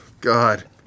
God